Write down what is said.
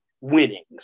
winnings